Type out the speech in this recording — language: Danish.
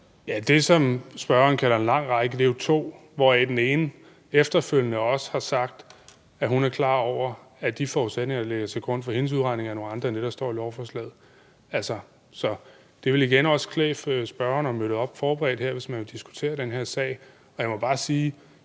Det, som spørgeren kalder en lang række, er to, hvoraf den ene efterfølgende også har sagt, at hun er klar over, at de forudsætninger, der ligger til grund for hendes udregninger, er nogle andre end det, der står i lovforslaget. Så altså, det vil igen også klæde spørgeren at møde op forberedt her, hvis man vil diskutere den her sag. Og jeg må bare sige: